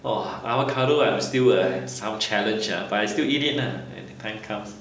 !wah! avocado I'm still uh sounds challenge ah but I still eat it lah when the time comes